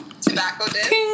Tobacco